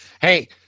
Hey